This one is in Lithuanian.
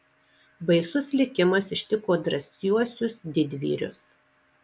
baisus likimas ištiko drąsiuosius didvyrius